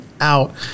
Out